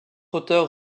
auteurs